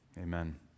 Amen